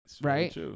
right